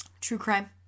True-crime